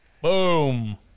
Boom